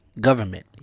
government